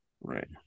Right